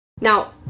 Now